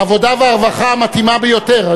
העבודה והרווחה מתאימה ביותר,